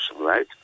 right